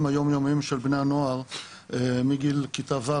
היומיומיים של בני הנוער מגיל כיתה ו',